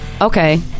Okay